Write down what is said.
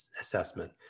assessment